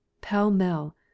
pell-mell